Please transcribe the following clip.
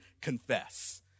confess